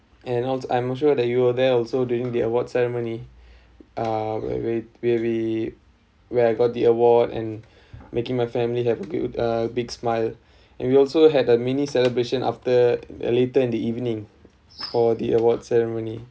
and I'm assure that you were there also during the awards ceremony uh where where where we where I got the award and making my family have a big uh big smile and we also had a mini celebration after a later in the evening for the award ceremony